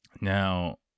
Now